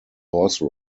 horse